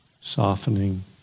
softening